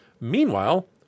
meanwhile